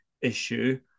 issue